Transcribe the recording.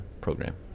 program